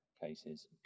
cases